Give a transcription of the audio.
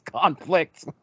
conflict